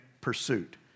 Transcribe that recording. pursuit